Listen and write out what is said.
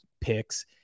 picks